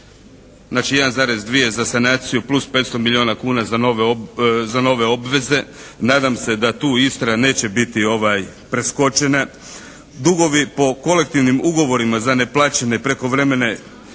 1,2 za sanaciju plus 500 milijuna kuna za nove obveze. Nadam se da tu Istra neće biti preskočena. Dugovi po kolektivnim ugovorima za neplaćene prekovremene